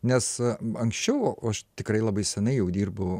nes anksčiau aš tikrai labai seniai jau dirbu